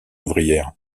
ouvrière